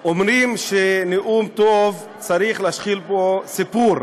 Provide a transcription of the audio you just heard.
אומרים שנאום טוב, צריך להשחיל בו סיפור,